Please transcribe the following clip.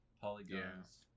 polygons